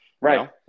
Right